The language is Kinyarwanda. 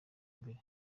mbere